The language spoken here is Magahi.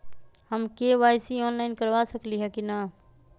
हम के.वाई.सी ऑनलाइन करवा सकली ह कि न?